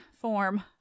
form